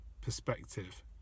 perspective